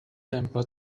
them